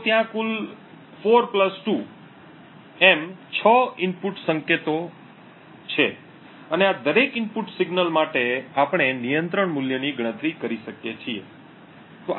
તો ત્યાં કુલ 4 વત્તા 2 એમ 6 ઇનપુટ સંકેતો છે અને આ દરેક ઇનપુટ સિગ્નલ માટે આપણે નિયંત્રણ મૂલ્યની ગણતરી કરી શકીએ છીએ